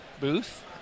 booth